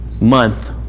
month